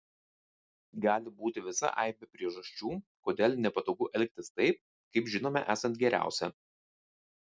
gali būti visa aibė priežasčių kodėl nepatogu elgtis taip kaip žinome esant geriausia